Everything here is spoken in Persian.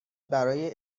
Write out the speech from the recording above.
برای